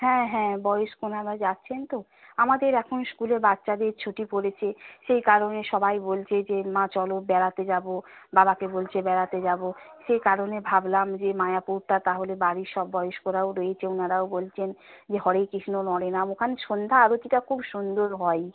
হ্যাঁ হ্যাঁ বয়স্ক ওনারা যাচ্ছেন তো আমাদের এখন স্কুলে বাচ্চাদের ছুটি পড়েছে সেই কারণে সবাই বলছে যে মা চলো বেড়াতে যাব বাবাকে বলছে বেড়াতে যাব সেই কারণে ভাবলাম যে মায়াপুরটা তাহলে বাড়ির সব বয়স্করাও রয়েছে উনারাও বলছেন যে হরে কৃষ্ণ হরে রাম ওখানে সন্ধ্যা আরতিটা খুব সুন্দর হয়